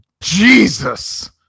Jesus